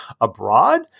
abroad